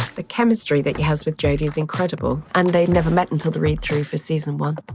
the chemistry that he has with jodie is incredible and they'd never met until the read-through for season one.